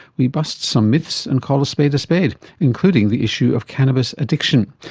we bust some myths and call a spade a spade, including the issue of cannabis addiction.